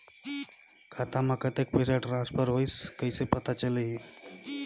खाता म कतेक पइसा ट्रांसफर होईस कइसे पता चलही?